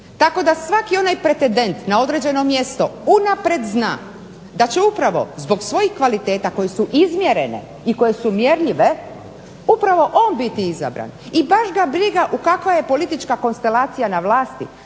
Tako da svaki onaj pretendent na određeno mjesto unaprijed zna da će upravo zbog svojih kvaliteta koje su izmjerene i koje su mjerljive upravo on biti izabran i baš ga briga kakva je politička konstelacija na vlasti,